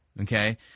Okay